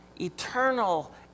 eternal